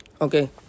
Okay